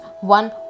one